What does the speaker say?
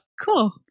Cool